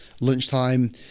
lunchtime